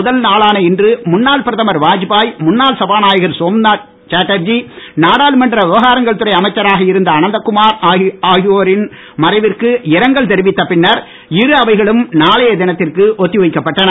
முதல் நாளான இன்று முன்னாள் பிரதமர் வாஜ்பாய் முன்னாள் சபாநாயகர் சோம்நாத் சேட்டர்ஜி நாடாளுமன்ற விவகாரங்கள் துறை அமைச்சராக இருந்த அனந்துகுமார் உள்ளிட்டவர்களின் மறைவிற்கு இரங்கல் தெரிவித்த பின்னர் இரு அவைகளும் நாளைய தினத்திற்கு ஒத்தி வைக்கப்பட்டன